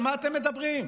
על מה אתם מדברים?